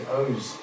owes